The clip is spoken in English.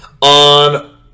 on